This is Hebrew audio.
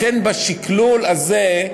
לכן בשקלול הזה,